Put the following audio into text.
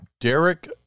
Derek